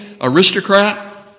aristocrat